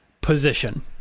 position